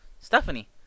Stephanie